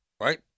Right